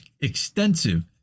extensive